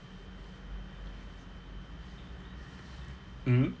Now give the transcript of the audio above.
mmhmm